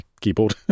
keyboard